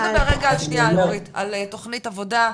בוא נדבר רגע על תכנית עבודה,